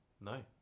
no